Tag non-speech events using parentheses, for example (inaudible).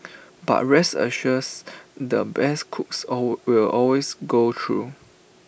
but rest assures the best cooks (unintelligible) will always go through